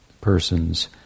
persons